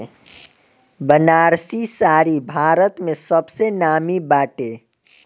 बनारसी साड़ी भारत में सबसे नामी बाटे